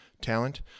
talent